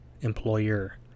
employer